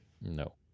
No